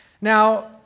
Now